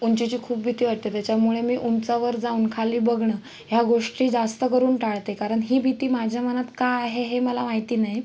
उंचीची खूप भीती वाटते त्याच्यामुळे मी उंचावर जाऊन खाली बघणं ह्या गोष्टी जास्त करून टाळते कारण ही भीती माझ्या मनात का आहे हे मला माहिती नाही